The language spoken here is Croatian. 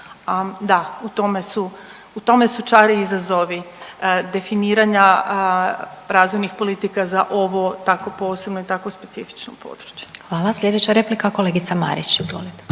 su, u tome su čari i izazovi definiranja razvojnih politika za ovo tako posebno i tako specifično područje. **Glasovac, Sabina (SDP)** Hvala. Slijedeća replika kolegica Marić, izvolite.